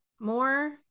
more